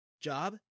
job